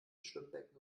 schwimmbecken